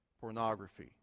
pornography